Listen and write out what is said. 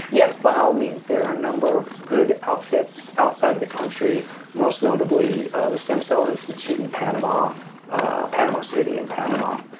yes by all means there are a number of good outfits outside of the country most notably the stem cell institute and in panama city in panama